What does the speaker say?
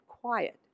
quiet